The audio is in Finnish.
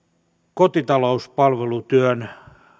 kotitalouspalvelutyön